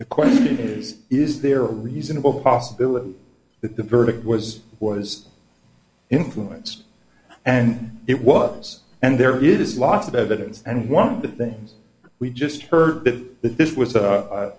the question is is there a reasonable possibility that the verdict was orders influence then it was and there is lots of evidence and one of the things we just heard that this was a